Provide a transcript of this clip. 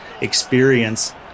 experience